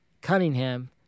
Cunningham